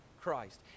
Christ